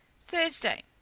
Thursday